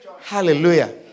Hallelujah